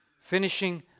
Finishing